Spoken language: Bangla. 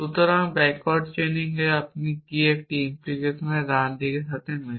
সুতরাং ব্যাকওয়ার্ড চেইনিং এ আপনি একটি ইমপ্লিকেশনের ডান দিকের সাথে মেলে